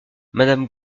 madame